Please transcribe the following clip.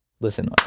Listen